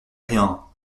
rien